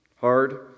hard